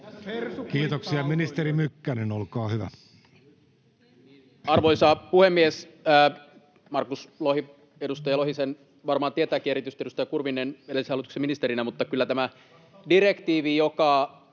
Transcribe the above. Kiitoksia. — Ministeri Mykkänen, olkaa hyvä.